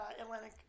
Atlantic